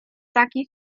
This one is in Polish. taki